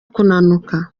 kunanuka